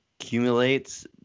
accumulates